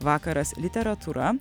vakaras literatūra